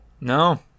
No